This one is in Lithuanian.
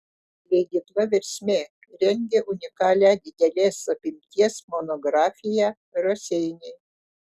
leidykla versmė rengia unikalią didelės apimties monografiją raseiniai